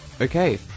Okay